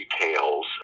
details